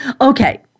Okay